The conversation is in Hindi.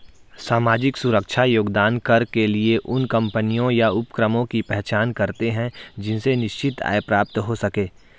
सामाजिक सुरक्षा योगदान कर के लिए उन कम्पनियों या उपक्रमों की पहचान करते हैं जिनसे निश्चित आय प्राप्त हो सके